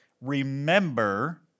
remember